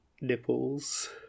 nipples